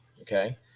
Okay